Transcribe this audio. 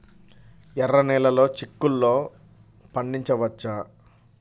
ఎర్ర నెలలో చిక్కుల్లో పండించవచ్చా?